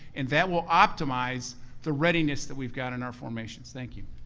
and that will optimize the readiness that we've got in our formations, thank you.